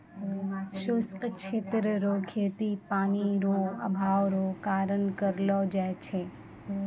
शुष्क क्षेत्र रो खेती पानी रो अभाव रो कारण करलो जाय छै